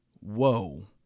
whoa